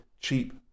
cheap